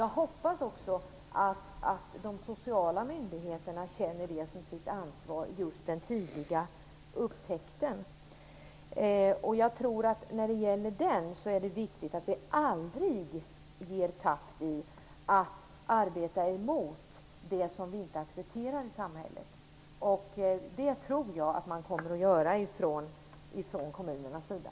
Jag hoppas också att de sociala myndigheterna känner just detta med den tidiga upptäckten som sitt ansvar. När det gäller det är det viktigt att vi aldrig ger tappt i fråga om att arbeta mot det som vi inte accepterar i samhället, och det tror jag att man kommer att göra från kommunernas sida.